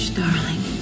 darling